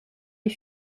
les